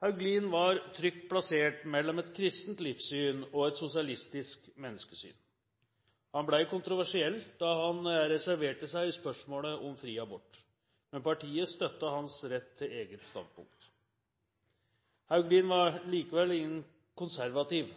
Hauglin var trygt plassert mellom et kristent livssyn og et sosialistisk menneskesyn. Han ble kontroversiell da han reserverte seg i spørsmålet om fri abort. Men partiet støttet hans rett til eget standpunkt. Hauglin var